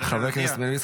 שרשאי להודיע כי